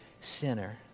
sinner